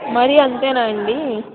మరీ అంతేనా అండి